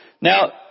Now